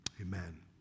amen